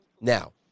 Now